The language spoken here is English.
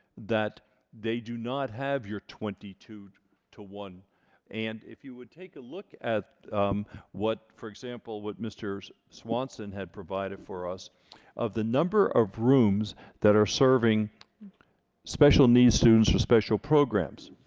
that they do not have your twenty two to one and if you would take a look at what for example with mr. swanson had provided for us of the number of rooms that are serving special needs students for special programs